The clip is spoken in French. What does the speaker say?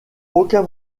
aucun